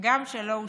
הגם שלא אושפז.